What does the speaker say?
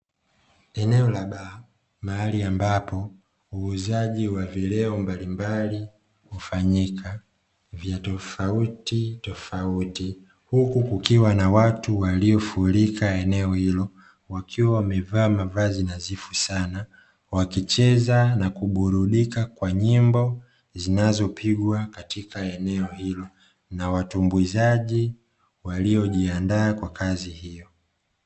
Eneo la baa, mahali ambapo uuzaji wa vileo mbalimbali hufanyika vyatofauti tofauti huku kukiwa na watu waliofurika eneo hilo wakiwa wamevaa mavazi nadhifu sana, wakicheza na kuburudika kwa nyimbo zinazopigwa katika eneo hilo na watumbuizaji waliojiandaa kwa kazi hiyo.